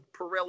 Pirelli